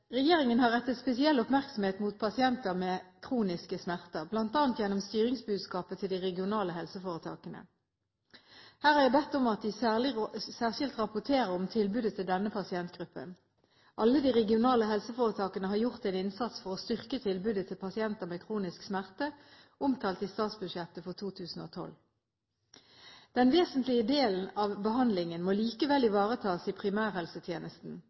Regjeringen har rettet spesiell oppmerksomhet mot pasienter med kroniske smerter, bl.a. gjennom styringsbudskapet til de regionale helseforetakene. Her har jeg bedt om at de særskilt rapporterer om tilbudet til denne pasientgruppen. Alle de regionale helseforetakene har gjort en innsats for å styrke tilbudet til pasienter med kronisk smerte, omtalt i statsbudsjettet for 2012. Den vesentlige delen av behandlingen må likevel ivaretas i primærhelsetjenesten,